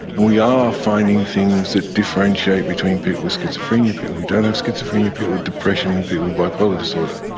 and we are finding things that differentiate between people with schizophrenia, people who don't have schizophrenia, people with depression and people with bipolar disorder.